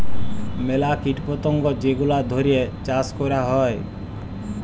ম্যালা কীট পতঙ্গ যেগলা ধ্যইরে চাষ ক্যরা হ্যয়